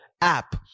app